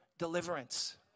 deliverance